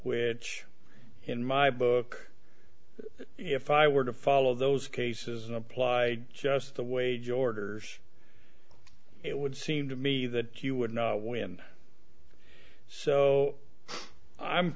which in my book if i were to follow those cases and apply just the way jordan it would seem to me that you would know when so i'm